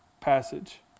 passage